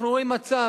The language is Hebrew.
אנחנו רואים מצב,